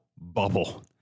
bubble